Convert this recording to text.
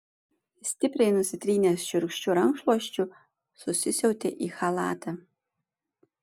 stipriai nusitrynęs šiurkščiu rankšluosčiu susisiautė į chalatą